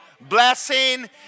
blessing